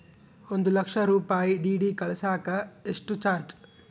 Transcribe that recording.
ಒಂದು ಲಕ್ಷ ರೂಪಾಯಿ ಡಿ.ಡಿ ಕಳಸಾಕ ಎಷ್ಟು ಚಾರ್ಜ್?